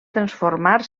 transformar